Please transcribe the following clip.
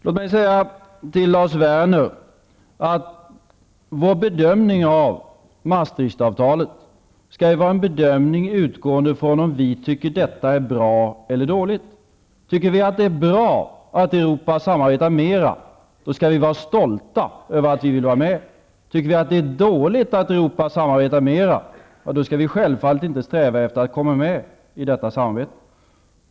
Låt mig säga till Lars Werner att vår bedömning av Maastrichtavtalet skall ju vara en bedömning utgående från om vi tycker att detta är bra eller dåligt. Tycker vi att det är bra att Europa samarbetar mera, då skall vi vara stolta över att vi vill vara med. Tycker vi att det är dåligt att Europa samarbetar mera, då skall vi självfallet inte sträva efter att komma med i detta samarbete.